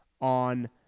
on